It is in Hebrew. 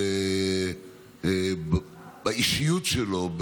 ובאישיות שלו,